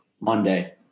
Monday